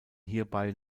hierbei